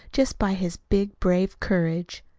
just by his big, brave courage.